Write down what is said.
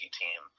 team